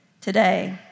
today